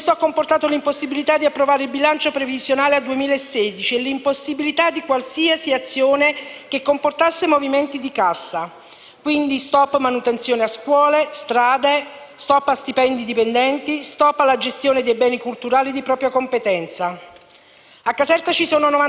quindi *stop* a manutenzione a scuole e strade, *stop* a stipendi dei dipendenti, *stop* alla gestione dei beni culturali di propria competenza. A Caserta ci sono 93 istituti che fanno capo alla Provincia con circa 83.000 studenti. A fine anno 2016 alcuni istituti sono stati chiusi perché a rischio crolli.